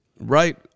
Right